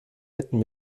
hätten